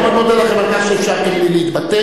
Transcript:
אני מאוד מודה לכם על כך שאפשרתם לי להתבטא.